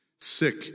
sick